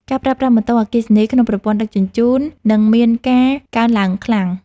ការប្រើប្រាស់ម៉ូតូអគ្គិសនីក្នុងប្រព័ន្ធដឹកជញ្ជូន នឹងមានការកើនឡើងខ្លាំង។